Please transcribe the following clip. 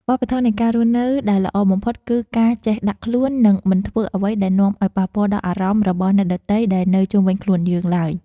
វប្បធម៌នៃការរស់នៅដែលល្អបំផុតគឺការចេះដាក់ខ្លួន និង មិនធ្វើអ្វីដែលនាំឱ្យប៉ះពាល់ដល់អារម្មណ៍របស់អ្នកដទៃដែលនៅជុំវិញខ្លួនយើងឡើយ។